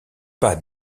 pas